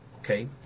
okay